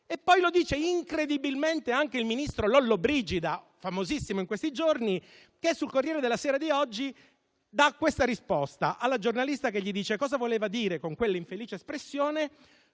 E poi lo dice incredibilmente anche il ministro Lollobrigida, famosissimo in questi giorni, che, sul «Corriere della Sera» di oggi, alla giornalista che gli chiede cosa volesse dire con quell'infelice espressione,